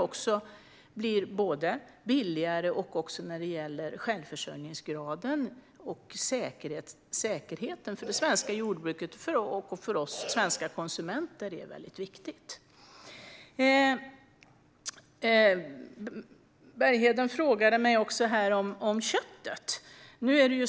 Det blir både billigare och bättre när det gäller självförsörjningsgraden och säkerheten i det svenska jordbruket. Det är viktigt för oss svenska konsumenter. Bergheden frågade också om köttet.